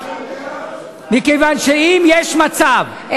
מכיוון שאם יש מצב,